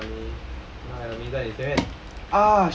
看到 enemy 看到 enemy 在你前面